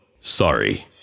sorry